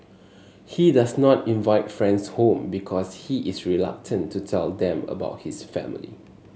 he does not invite friends home because he is reluctant to tell them about his family